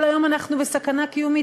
כל היום אנחנו בסכנה קיומית.